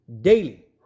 daily